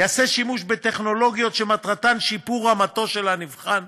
ייעשה שימוש בטכנולוגיות שמטרתן שיפור רמתו של הנבחן,